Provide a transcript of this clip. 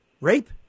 Rape